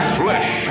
flesh